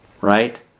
right